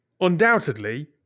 Undoubtedly